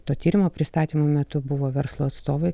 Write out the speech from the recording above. to tyrimo pristatymo metu buvo verslo atstovai